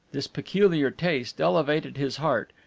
this peculiar taste, elevated his heart,